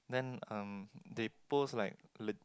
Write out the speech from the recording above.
then um they post like lit~